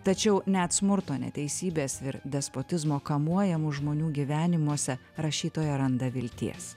tačiau net smurto neteisybės ir despotizmo kamuojamų žmonių gyvenimuose rašytoja randa vilties